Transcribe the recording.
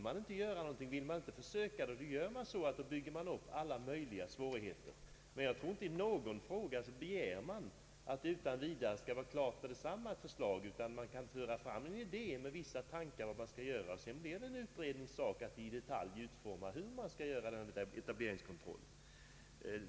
Jag tror inte att det i någon fråga begärs att ett förslag skall vara klart utan vidare, utan en idé förs fram och sedan blir det en utrednings sak att utforma ett förslag i detalj.